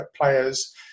players